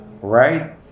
right